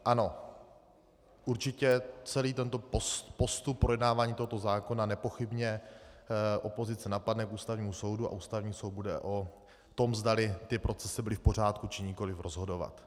Ano, určitě, celý tento postup projednávání tohoto zákona nepochybně opozice napadne k Ústavnímu soudu a Ústavní soud bude o tom, zda ty procesy byly v pořádku, či nikoliv, rozhodovat.